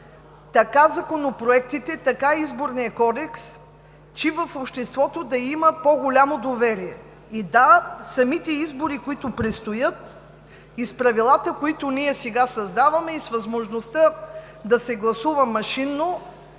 така и законопроектите, така и Изборния кодекс, че и в обществото да има по-голямо доверие. Да, самите избори, които предстоят, и с правилата, които сега създаваме, и с възможността да се гласува машинно,